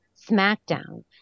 SmackDown